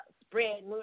spread